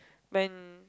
when